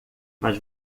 mas